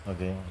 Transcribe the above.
okay